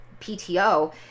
PTO